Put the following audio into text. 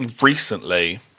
recently